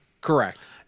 Correct